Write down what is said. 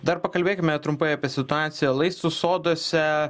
dar pakalbėkime trumpai apie situaciją laistų soduose